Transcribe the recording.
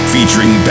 Featuring